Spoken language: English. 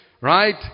right